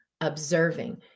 observing